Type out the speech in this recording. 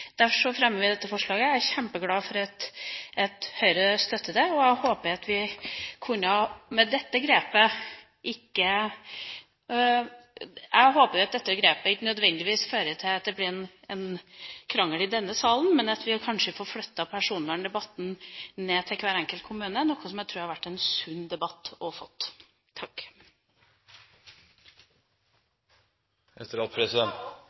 fremmer vi dette forslaget. Jeg er kjempeglad for at Høyre støtter det, og jeg håper at dette grepet ikke nødvendigvis fører til at det blir en krangel i denne salen, men at vi kanskje får flyttet personverndebatten ned til hver enkelt kommune, noe som jeg tror hadde ført til en sunn debatt.